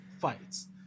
fights